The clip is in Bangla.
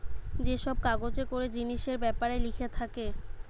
যে সব কাগজে করে জিনিসের বেপারে লিখা থাকে